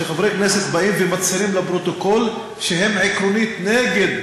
שחברי הכנסת באים ומצהירים לפרוטוקול שהם עקרונית נגד